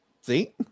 See